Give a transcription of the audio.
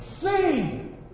See